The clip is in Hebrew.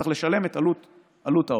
צריך לשלם את עלות העוף.